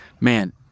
man